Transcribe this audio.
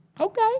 Okay